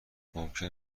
ممکن